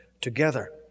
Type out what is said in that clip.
together